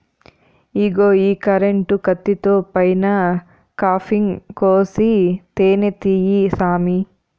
ఇగో ఈ కరెంటు కత్తితో పైన కాపింగ్ కోసి తేనే తీయి సామీ